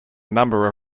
number